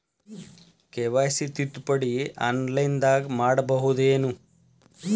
KYC ತಿದ್ದುಪಡಿ ಆನ್ಲೈನದಾಗ್ ಮಾಡ್ಬಹುದೇನು?